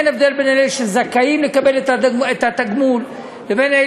אין הבדל בין אלה שזכאים לקבל את התגמול לבין אלה